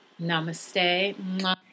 Namaste